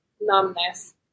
numbness